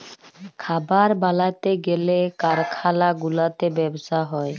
খাবার বালাতে গ্যালে কারখালা গুলাতে ব্যবসা হ্যয়